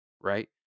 right